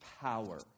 power